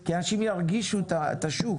כי אנשים ירגישו את השוק.